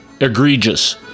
egregious